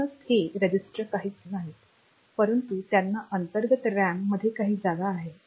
म्हणूनच हे रजिस्टर काहीच नाहीत परंतु त्याना अंतर्गत रॅम मध्ये काही जागा आहे